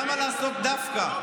למה לעשות דווקא?